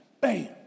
Bam